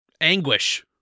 anguish